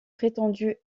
prétendu